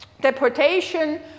deportation